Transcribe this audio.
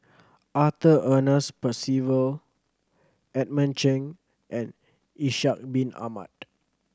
Arthur Ernest Percival Edmund Cheng and Ishak Bin Ahmad